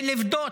לפדות